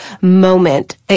moment